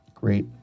Great